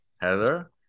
Heather